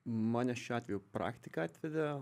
mane šiuo atveju praktika atvedė